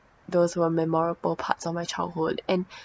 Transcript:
those who are memorable parts of my childhood and